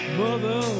mother